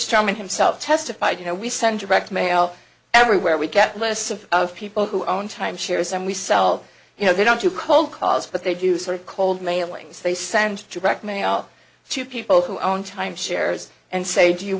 stillman himself testified you know we send direct mail everywhere we get lists of people who own timeshares and we sell you know they don't do cold calls but they do sort of cold mailings they send direct mail to people who own timeshares and say do you